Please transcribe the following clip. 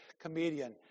comedian